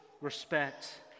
Respect